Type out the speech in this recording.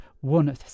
one